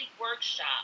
workshop